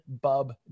Bub